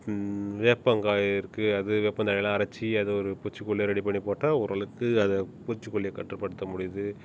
வேப்பங்காய் இருக்குது அது வேப்பந்தழைலாம் அரைச்சு அதை ஒரு பூச்சிக்கொல்லியாக ரெடி பண்ணி போட்டால் ஓரளவுக்கு அதை பூச்சிக்கொல்லியை கட்டுப்படுத்த முடியுது